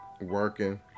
working